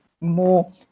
more